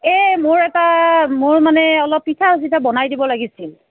এই মোৰ এটা মোৰ মানে অলপ পিঠা চিঠা বনাই দিব লাগিছিল